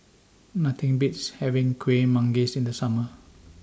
Nothing Beats having Kuih Manggis in The Summer